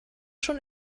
schon